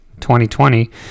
2020